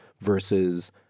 versus